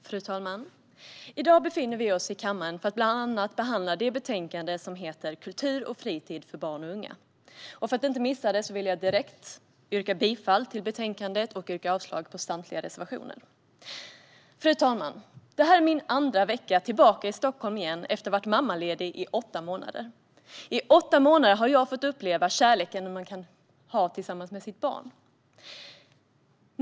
Fru talman! I dag befinner vi oss i kammaren för att bland annat behandla det betänkande som heter Kultur och fritid för barn och unga . Så att jag inte missar det vill jag direkt yrka bifall till förslaget i betänkandet och yrka avslag på samtliga reservationer. Fru talman! Det här är min andra vecka tillbaka i Stockholm igen efter att jag har varit mammaledig i åtta månader. I åtta månader har jag fått uppleva kärleken till mitt barn.